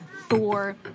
Thor